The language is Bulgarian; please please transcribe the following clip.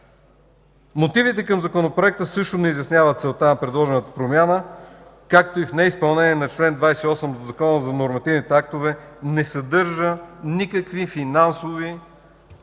Мотивите към Законопроекта също не изясняват целта на предложената промяна, както и в неизпълнение на чл. 28 от Закона за нормативните актове не са показани финансовите